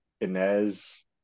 inez